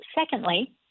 secondly